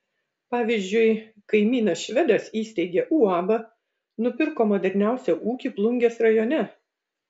pavyzdžiui kaimynas švedas įsteigė uabą nupirko moderniausią ūkį plungės rajone